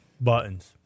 buttons